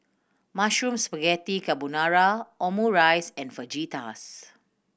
Mushroom Spaghetti Carbonara Omurice and Fajitas